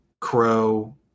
Crow